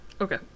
okay